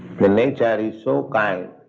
the nature is so kind